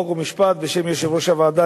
חוק ומשפט ובשם יושב-ראש הוועדה,